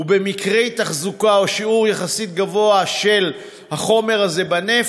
ובמקרי תחזוקה או שיעור יחסית גבוה של החומר הזה בנפט,